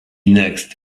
next